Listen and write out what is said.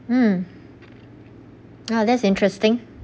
mm ah that's interesting